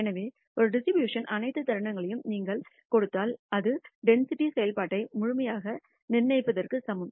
எனவே ஒரு டிஸ்ட்ரிபூஷணனின் அனைத்து தருணங்களையும் நீங்கள் கொடுத்தால் அது டென்சிட்டி செயல்பாட்டை முழுமையாக நிர்ணயிப்பதற்கு சமம்